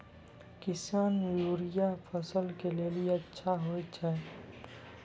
किसान यूरिया फसल के लेली अच्छा होय छै?